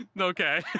Okay